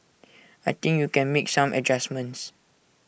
I think you can make some adjustments